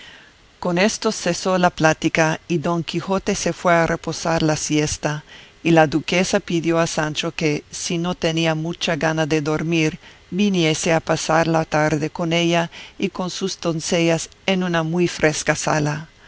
con esto cesó la plática y don quijote se fue a reposar la siesta y la duquesa pidió a sancho que si no tenía mucha gana de dormir viniese a pasar la tarde con ella y con sus doncellas en una muy fresca sala